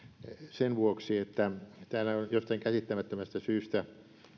sen vuoksi että täällä on jostain käsittämättömästä syystä